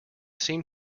seem